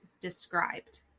described